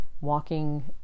walking